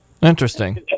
Interesting